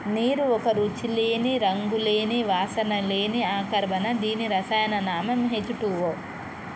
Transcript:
నీరు ఒక రుచి లేని, రంగు లేని, వాసన లేని అకర్బన దీని రసాయన నామం హెచ్ టూవో